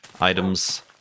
items